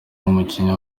n’umukinnyi